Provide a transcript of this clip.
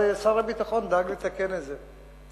שר הביטחון דאג לתקן את זה.